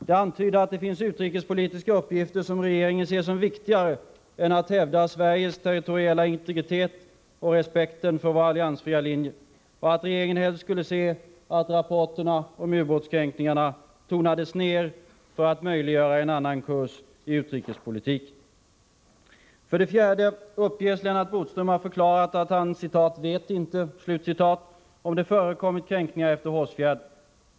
Det antyder att det finns utrikespolitiska uppgifter som regeringen har sett som viktigare än att hävda Sveriges territoriella integritet och respekten för vår alliansfria linje och att regeringen helst skulle se att rapporterna om ubåtskränkningarna tonades ned — för att möjliggöra en annan kurs i utrikespolitiken. För det fjärde uppges Lennart Bodström ha förklarat att han ”inte vet” om det förekommit kränkningar efter Hårsfjärden.